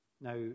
Now